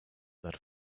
that